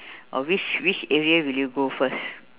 or which which area will you go first